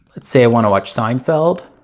let's say i want to watch seinfeld